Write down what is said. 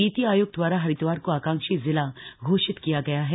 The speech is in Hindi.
नीति आयोग द्वारा हरिद्वार को आकांक्षी जिला घोषित किया गया है